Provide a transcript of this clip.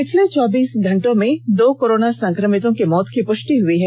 पिछले चौबीस घंटे में दो कोरोना संकमितों की मौत की पुष्टि हुई है